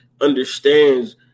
understands